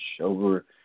over